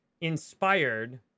inspired